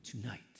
tonight